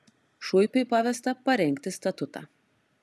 šuipiui pavesta parengti statutą